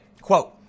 quote